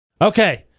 Okay